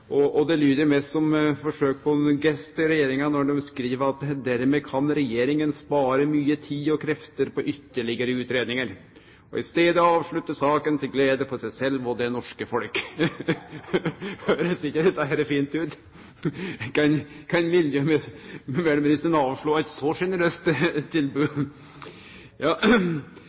Det lyder mest som eit forsøk på ein gest til regjeringa når dei skriv følgjande: «Dermed kan regjeringen spare mye tid og krefter på ytterligere utredninger, og i stedet avslutte saken til glede for det norske folk og seg selv.» Høyrest ikkje dette fint ut? Kan miljøvernministeren avslå eit så generøst